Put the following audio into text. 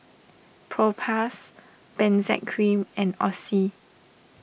Propass Benzac Cream and Oxy